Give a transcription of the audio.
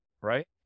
right